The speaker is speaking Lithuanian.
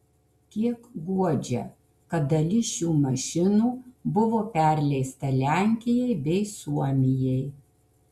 kiek guodžia kad dalis šių mašinų buvo perleista lenkijai bei suomijai